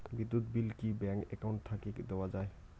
বিদ্যুৎ বিল কি bank account থাকি দেওয়া য়ায়?